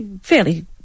fairly